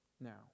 now